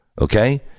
okay